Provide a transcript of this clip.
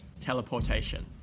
teleportation